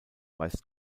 weist